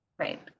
Right